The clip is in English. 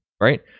Right